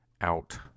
out